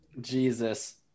Jesus